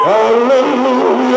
Hallelujah